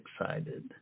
excited